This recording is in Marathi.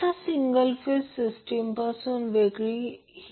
तर पॅरलल सर्किटमध्ये तर Y 18 j 6 18